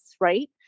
right